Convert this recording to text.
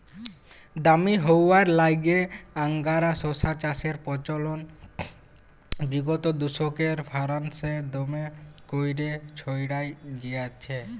দামি হউয়ার ল্যাইগে আংগারা শশা চাষের পচলল বিগত দুদশকে ফারাল্সে দমে ক্যইরে ছইড়ায় গেঁইলছে